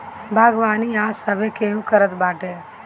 बागवानी आज सभे केहू करत बाटे